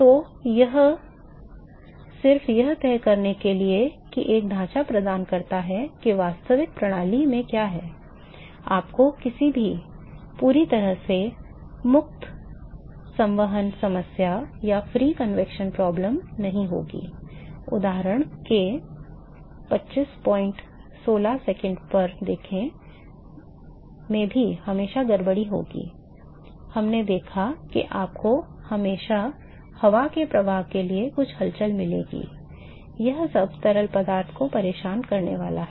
तो यह सिर्फ यह तय करने के लिए एक ढांचा प्रदान करता है कि वास्तविक प्रणाली में क्या है आपको कभी भी पूरी तरह से मुक्त संवहन समस्या नहीं होगी उदाहरण के में भी हमेशा कुछ गड़बड़ी होगी हमने देखा कि आपको हमेशा हवा के प्रवाह के लिए कुछ हलचल मिलेगी यह सब तरल पदार्थ को परेशान करने वाला है